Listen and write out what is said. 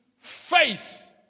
faith